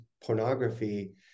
pornography